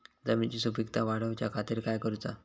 जमिनीची सुपीकता वाढवच्या खातीर काय करूचा?